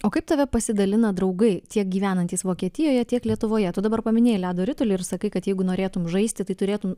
o kaip tave pasidalina draugai tiek gyvenantys vokietijoje tiek lietuvoje tu dabar paminėjai ledo ritulį ir sakai kad jeigu norėtum žaisti tai turėtum